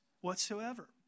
whatsoever